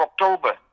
October